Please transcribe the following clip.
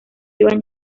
iban